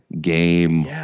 game